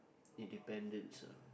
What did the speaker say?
independence ah